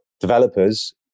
developers